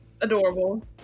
adorable